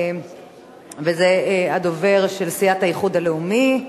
וזה הדובר של סיעת האיחוד הלאומי,